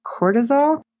cortisol